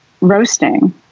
roasting